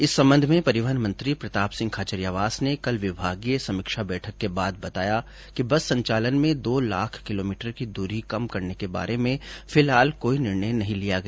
इस संबंध में परिवहन मंत्री प्रताप सिंह खाचरियावास ने कल विभागीय समीक्षा बैठक के बाद बताया कि बस संचालन में दो लाख किलोमीटर की दूरी कम करने के बारे में फिलहाल कोई निर्णय नहीं लिया गया